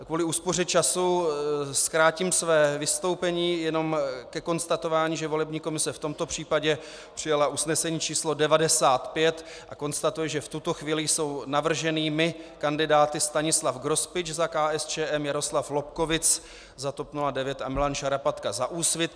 Kvůli úspoře času zkrátím své vystoupení jenom ke konstatování, že volební komise v tomto případě přijala usnesení č. 95 a konstatuje, že v tuto chvíli jsou navrženými kandidáty Stanislav Grospič za KSČM, Jaroslav Lobkowicz za TOP 09 a Milan Šarapatka za Úsvit.